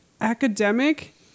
academic